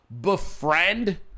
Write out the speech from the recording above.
befriend